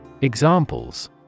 Examples